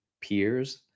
peers